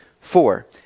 Four